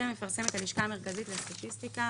שמפרסמת הלשכה המרכזית לסטטיסטיקה.